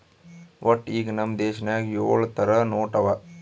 ವಟ್ಟ ಈಗ್ ನಮ್ ದೇಶನಾಗ್ ಯೊಳ್ ಥರ ನೋಟ್ ಅವಾ